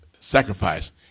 sacrifice